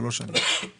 לשלוש שנים.